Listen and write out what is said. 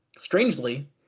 strangely